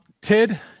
Tid